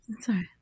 Sorry